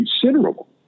considerable